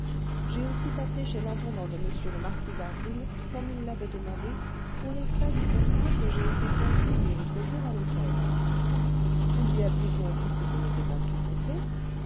j'ai aussi passé chez l'intendant de m le marquis d'harville comme il l'avait demandé pour les frais du contrat que j'ai été faire signer l'autre jour à l'hôtel vous lui aviez bien dit que ce n'était pas si pressé